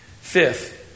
Fifth